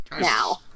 now